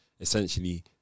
essentially